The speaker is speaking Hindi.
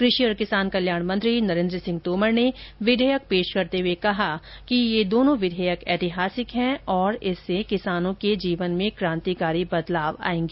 कृषि और किसान कल्याण मंत्री नरेन्द्र सिंह तोमर ने विधेयक पेश करते हुए कहा कि दोनों विधेयक ऐतिहासिक हैं और इससे किसानों की जीवन में क्रांतिकारी बदलाव आएगा